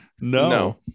No